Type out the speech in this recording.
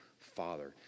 father